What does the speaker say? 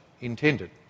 intended